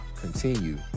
continue